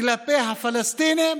כלפי הפלסטינים